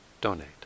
donate